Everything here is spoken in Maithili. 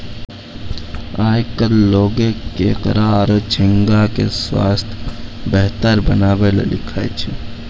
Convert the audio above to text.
आयकल लोगें केकड़ा आरो झींगा के स्वास्थ बेहतर बनाय लेली खाय छै